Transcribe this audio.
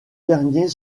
derniers